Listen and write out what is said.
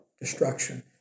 destruction